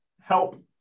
help